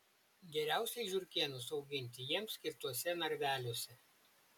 geriausiai žiurkėnus auginti jiems skirtuose narveliuose